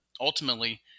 ultimately